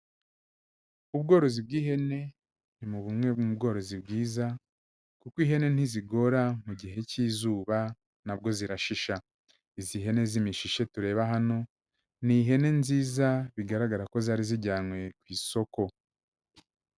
Ubworozi bw'ihene, ni mu bumwe mu bworozi bwiza, kuko ihene ntizigora mu gihe cy'izuba, na bwo zirashisha. Izi hene z'imishishe tureba hano, ni ihene nziza, bigaragara ko zari zijyanywe ku isoko.